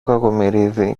κακομοιρίδη